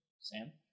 Sam